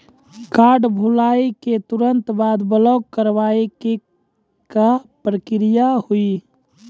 Card भुलाए के तुरंत बाद ब्लॉक करवाए के का प्रक्रिया हुई?